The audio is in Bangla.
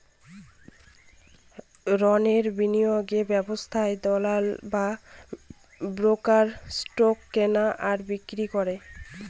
রণের বিনিয়োগ ব্যবস্থায় দালাল বা ব্রোকার স্টক কেনে আর বিক্রি করে